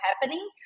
happening